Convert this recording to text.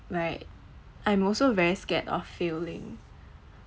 right I'm also very scared of failing